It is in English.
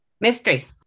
mystery